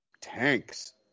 tanks